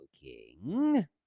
king